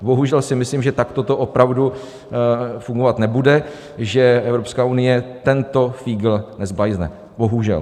Bohužel si myslím, že takto to opravdu fungovat nebude, že Evropská unie tento fígl nezblajzne, bohužel.